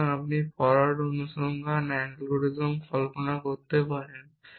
সুতরাং আপনি ফরোয়ার্ড অনুসন্ধান অ্যালগরিদম কল্পনা করতে পারেন